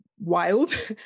wild